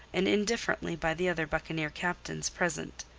and indifferently by the other buccaneer captains present.